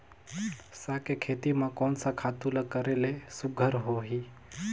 साग के खेती म कोन स खातु ल करेले सुघ्घर होही?